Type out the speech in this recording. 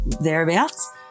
thereabouts